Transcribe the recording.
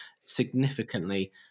significantly